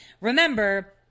Remember